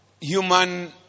human